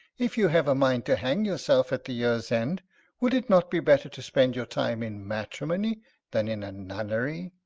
if you have a mind to hang your self at the year's end would it not be better to spend your time in matrimony than in a nunnery?